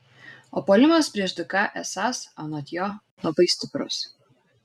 o puolimas prieš dk esąs anot jo labai stiprus